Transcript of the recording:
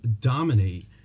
dominate